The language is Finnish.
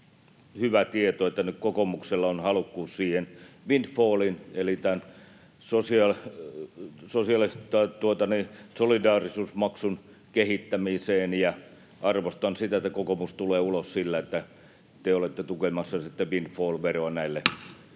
hyvä tieto, että nyt kokoomuksella on halukkuus windfallin eli tämän solidaarisuusmaksun kehittämiseen, ja arvostan sitä, että kokoomus tulee ulos sillä, että te olette tukemassa sitten windfall-veroa näille